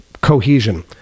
cohesion